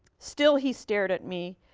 still he stared at me.